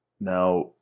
Now